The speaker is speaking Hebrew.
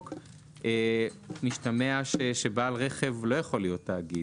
נסיעה בנתיב תחבורה ציבורית,